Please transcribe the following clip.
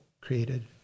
created